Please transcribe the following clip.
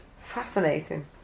Fascinating